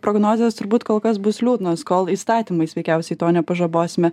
prognozės turbūt kol kas bus liūdnos kol įstatymais veikiausiai to nepažabosime